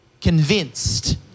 convinced